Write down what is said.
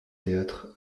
théâtre